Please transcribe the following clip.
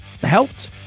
helped